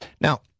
Now